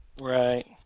Right